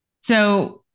So-